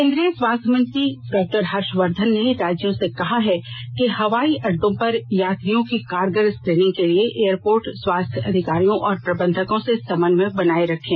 केन्द्रीय स्वास्थ्य मंत्री डॉक्टर हर्षवर्धन ने राज्यों से कहा है कि हवाई अड्डों पर यात्रियों की कारगर स्क्रीनिंग के लिए वे एयरपोर्ट स्वास्थ्य अधिकारियों और प्रबंधकों से समन्वय बनाये रखें